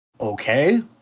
okay